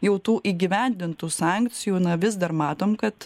jau tų įgyvendintų sankcijų na vis dar matom kad